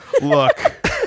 Look